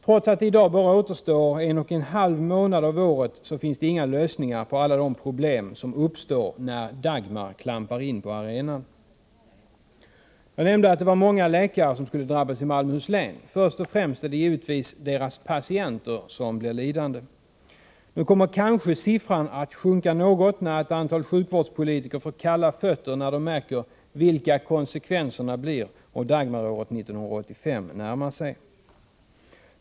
Trots att det i dag bara återstår en och en halv månad av året finns det inga lösningar på alla de problem som uppstår när Dagmar klampar in på arenan. Kanhända är det många läkare som kommer att drabbas i Malmöhus län, men först och främst är det givetvis deras patienter som blir lidande. Siffran kommer kanske att sjunka något när sjukvårdspolitikerna får kalla fötter — då de märker vilka konsekvenser det blir när Dagmaråret 1985 närmar sig.